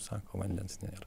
sako vandens nėra